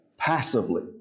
passively